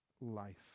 life